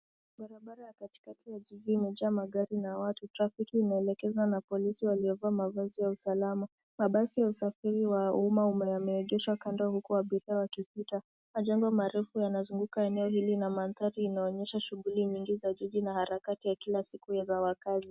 Barabara ya katika ya jiji imejaa magari na watu. Trafiki inaelekezwa na watu waliovaa mavazi ya uslama. Mabasi ya usafiri wa uma yameegeshwa kando huku abiria wakipita. Majengo marefu yanazunguka eneo hili na manthari inaonyesha shughuli nyingi za jiji na harakati za kila siku ya wakazi.